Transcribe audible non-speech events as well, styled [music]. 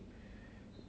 [breath]